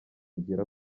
igera